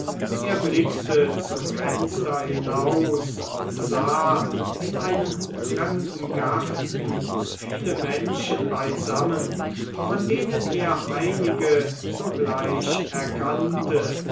er blickte zum fenster hinaus und sah in einem fremden garten viele menschen beisammen von denen er einige sogleich erkannte